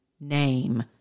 name